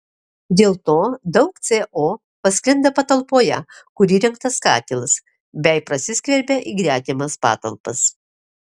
dėl to daug co pasklinda patalpoje kur įrengtas katilas bei prasiskverbia į gretimas patalpas